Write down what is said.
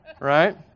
right